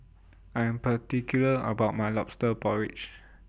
I Am particular about My Lobster Porridge